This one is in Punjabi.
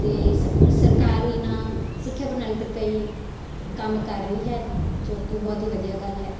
ਅਤੇ ਸ ਸਰਕਾਰ ਇਹਨਾਂ ਸਿੱਖਿਆ ਪ੍ਰਣਾਲੀ 'ਤੇ ਕਈ ਕੰਮ ਕਰ ਰਹੀ ਹੈ ਜੋ ਕਿ ਬਹੁਤ ਹੀ ਵਧੀਆ ਗੱਲ ਹੈ